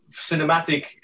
cinematic